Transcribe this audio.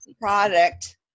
product